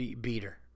beater